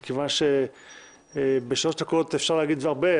מכיוון שבשלוש דקות אפשר להגיד הרבה,